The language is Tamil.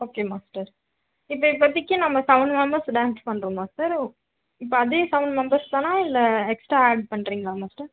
ஓகே மாஸ்டர் இப்போ இப்போதைக்கி நம்ம செவன் மெம்பர்ஸ் டான்ஸ் பண்ணுறோம் மாஸ்டர் இப்போ அதே செவன் மெம்பர்ஸ் தானா இல்லை எக்ஸ்டா ஆட் பண்ணுறிங்களா மாஸ்டர்